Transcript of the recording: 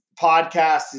podcast